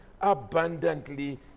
abundantly